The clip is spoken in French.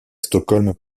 stockholm